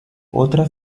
otra